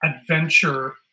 adventure